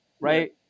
right